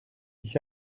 ich